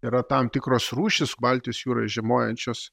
yra tam tikros rūšys baltijos jūroj žiemojančios